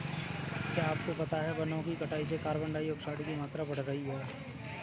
क्या आपको पता है वनो की कटाई से कार्बन डाइऑक्साइड की मात्रा बढ़ रही हैं?